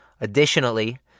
Additionally